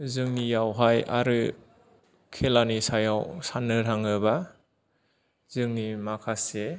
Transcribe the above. जोंनियावहाय आरो खेलानि सायाव साननो थाङोबा जोंनि माखासे